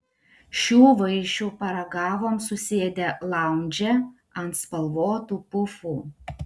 šių vaišių paragavom susėdę laundže ant spalvotų pufų